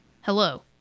hello